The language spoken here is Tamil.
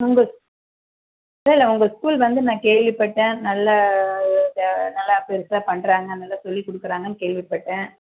உங்கள் இல்லை இல்லை உங்கள் ஸ்கூலு வந்து நான் கேள்விப்பட்டேன் நல்ல நல்ல பெருசாக பண்ணுறாங்க நல்லா சொல்லி கொடுக்குறாங்கன்னு கேள்விபட்டேன்